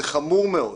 זה חמור מאוד.